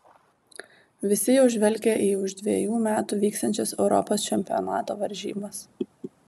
visi jau žvelgia į už dvejų metų vyksiančias europos čempionato varžybas